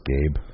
Gabe